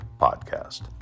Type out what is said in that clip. Podcast